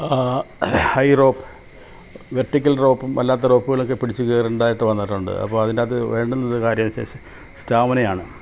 high rope vertical റോപ്പും അല്ലാത്ത റോപ്പുകളൊക്കെ പിടിച്ച് കയറേണ്ടതായിട്ട് വന്നിട്ടുണ്ട് അപ്പോഴതിൻറ്റാത്ത് വേണ്ടുന്നൊരു കാര്യമെന്നുവച്ചാല് സ്റ്റാമിനയാണ്